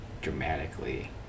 dramatically